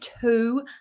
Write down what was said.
two